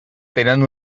tenen